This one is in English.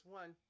one